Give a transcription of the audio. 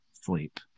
sleep